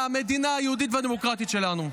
מהמדינה היהודית והדמוקרטית שלנו.